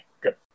Good